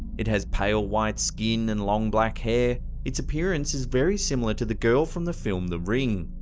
it has pale white skin, and long black hair. its appearance is very similar to the girl from the film the ring,